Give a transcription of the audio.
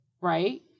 right